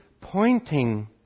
pointing